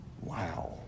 Wow